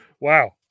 Wow